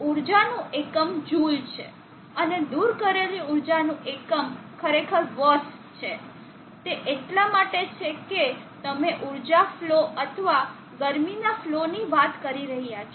ઊર્જાનું એકમ જુલ છે અને દૂર કરેલી ઊર્જાનું એકમ ખરેખર વોટ્સ છે તે એટલા માટે છે કે તમે ઊર્જા ફલો અથવા ગરમીના ફલો ની વાત કરી રહ્યા છો